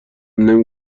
نمی